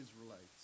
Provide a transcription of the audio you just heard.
Israelites